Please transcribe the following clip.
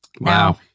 Wow